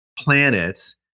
planets